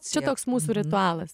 čia toks mūsų ritualas